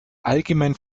allgemein